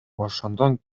ошондон